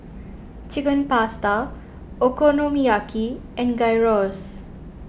Chicken Pasta Okonomiyaki and Gyros